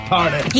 Party